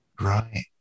Right